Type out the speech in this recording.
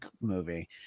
movie